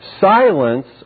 Silence